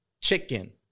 chicken